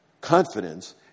confidence